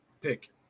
pick